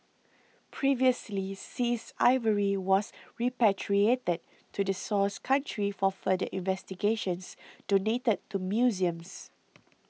previously seized ivory was repatriated to the source country for further investigations donated to museums